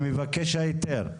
למבקש ההיתר.